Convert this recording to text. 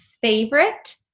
favorite